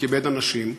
כיבד אנשים,